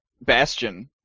Bastion